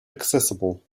accessible